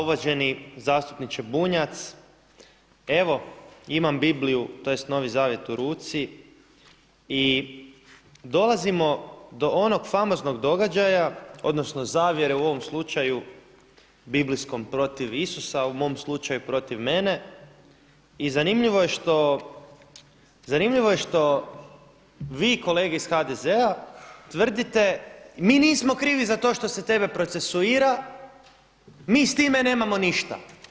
Uvaženi zastupniče Bunjac, evo imam Bibliju tj. Novi zavjet u ruci i dolazimo do onog famoznog događaja odnosno zavjere u ovom slučaju biblijskom protiv Isusa u mom slučaju protiv mene i zanimljivo je što vi kolege iz HDZ-a tvrdite mi nismo krivi za to što se tebe procesuira, mi s time nemamo ništa.